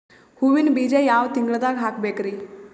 ಹೂವಿನ ಬೀಜ ಯಾವ ತಿಂಗಳ್ದಾಗ್ ಹಾಕ್ಬೇಕರಿ?